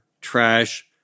trash